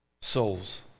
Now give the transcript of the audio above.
souls